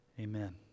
Amen